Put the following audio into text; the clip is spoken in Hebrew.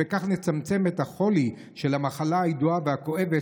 ובכך נצמצם את החולי במחלה הידועה והכואבת,